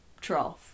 trough